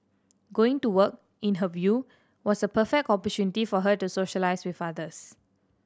going to work in her view was a perfect opportunity for her to socialise with others